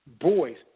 Boys